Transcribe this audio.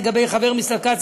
לגבי חבר מסלקה,